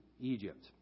Egypt